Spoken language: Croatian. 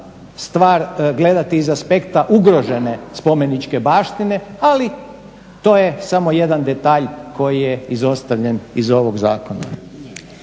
stvar gledati iz aspekta ugrožene spomeničke baštine ali to je samo jedan detalj koji je izostavljen iz ovog zakona.